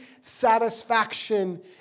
satisfaction